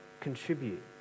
contribute